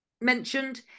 mentioned